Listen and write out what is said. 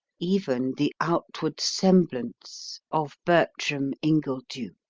even the outward semblance of bertram ingledew.